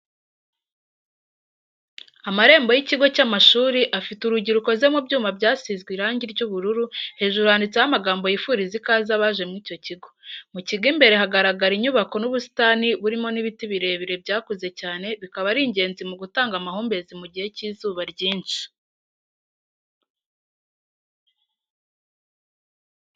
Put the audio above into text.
Amarembo y'ikigo cy'amashuri afite urugi rukoze mu byuma byasizwe irangi ry'ubururu hejuru handitseho amagambo yifuriza ikaze abaje mu icyo kigo, mu kigo imbere hagaragara inyubaako n'ubusitani burimo n'ibiti birebire byakuze cyane bikaba ari ingenzi mu gutanga amahumbezi mu gihe cy'izuba ryinshi.